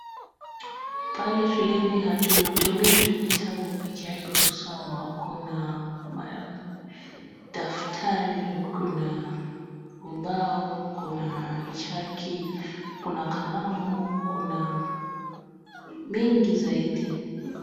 Pale shuleni hatutumii vitabu peke yake kusoma. Kuna daftari, kuna ubao, kuna chaki, kuna kalamu, kuna mingi zaidi.